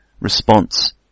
response